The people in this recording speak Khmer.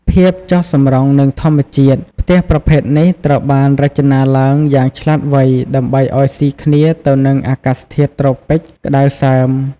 ភាពចុះសម្រុងនឹងធម្មជាតិ ផ្ទះប្រភេទនេះត្រូវបានរចនាឡើងយ៉ាងឆ្លាតវៃដើម្បីឲ្យស៊ីគ្នាទៅនឹងអាកាសធាតុត្រូពិចក្តៅសើម ។